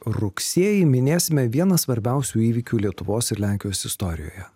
rugsėjį minėsime vieną svarbiausių įvykių lietuvos ir lenkijos istorijoje